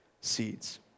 seeds